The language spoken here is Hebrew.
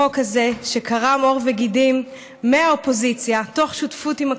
החוק הזה שקרם עור וגידים מהאופוזיציה תוך שותפות עם הקואליציה,